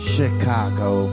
Chicago